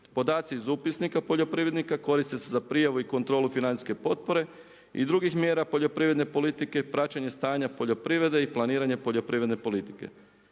Podaci iz upisnika poljoprivrednika koriste za prijavu i kontrolu financijske potpore i drugih mjera poljoprivredne politike i praćenje stanja poljoprivrede i planiranje poljoprivredne politike.